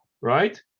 right